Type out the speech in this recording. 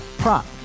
prop